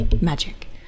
magic